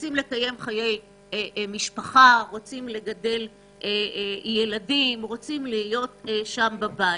להקים משפחה, לגדל ילדים, להיות שם בבית.